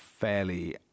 fairly